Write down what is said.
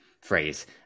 phrase